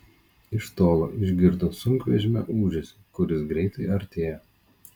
iš tolo išgirdo sunkvežimio ūžesį kuris greitai artėjo